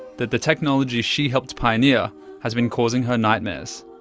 that the technology she helped pioneer has been causing her nightmares.